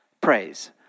praise